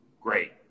great